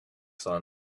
sun